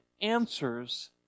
answers